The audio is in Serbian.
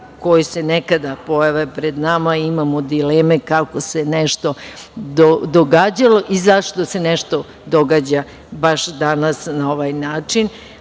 koja se nekada pojave pred nama i imamo dileme kako se nešto događalo i zašto se nešto događa baš danas na ovaj način.